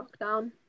lockdown